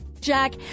Jack